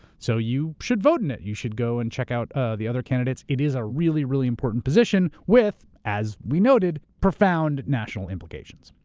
so you should vote in it. it. you should go and check out ah the other candidates. it is a really really important position with, as we noted, profound national implications.